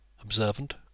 Observant